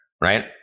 right